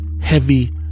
heavy